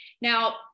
Now